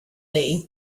day